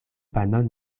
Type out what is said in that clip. panon